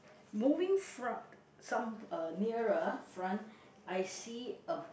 moving front some uh nearer front I see a